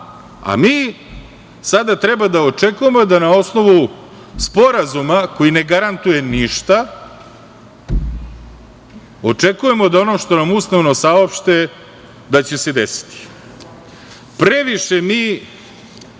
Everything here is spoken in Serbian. a mi sada treba da očekujemo da na osnovu sporazuma, koji ne garantuje ništa, očekujemo da ono što nam usmeno saopšte da će se desiti. Previše mi